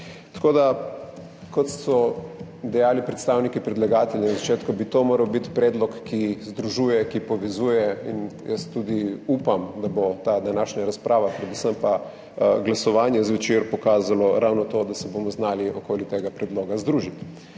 časa. Kot so dejali predstavniki predlagateljev na začetku, bi to moral biti predlog, ki združuje, ki povezuje, in jaz tudi upam, da bo ta današnja razprava, predvsem pa glasovanje zvečer pokazalo ravno to, da se bomo znali okoli tega predloga združiti.